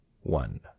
One